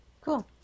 Cool